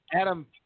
Adam